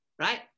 right